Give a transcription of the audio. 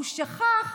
הוא שכח